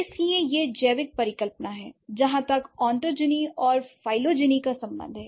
इसलिए यह जैविक परिकल्पना है जहां तक ओटोजनी और फेलोजेनी का संबंध है